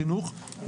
חינוך.